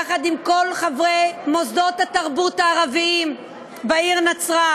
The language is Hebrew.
יחד עם כל חברי מוסדות התרבות הערביים בעיר נצרת.